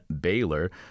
Baylor